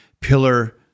Pillar